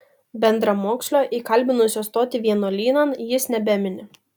bendramokslio įkalbinusio stoti vienuolynan jis nebemini